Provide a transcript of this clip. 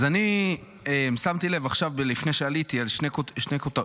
אז אני שמתי לב עכשיו, לפני שעליתי, לשתי כותרות,